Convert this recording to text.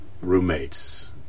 roommates